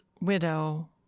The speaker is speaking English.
widow